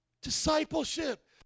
Discipleship